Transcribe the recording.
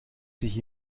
sich